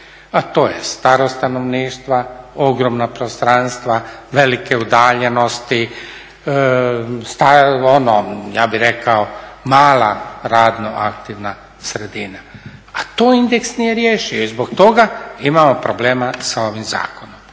a to je starost stanovništva, ogromna prostranstva, velike udaljenosti, ja bi rekao mala radno aktivna sredina. A to indeks nije riješio i zbog toga imamo problema sa ovim zakonom.